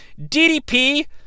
DDP